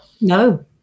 No